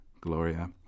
Gloria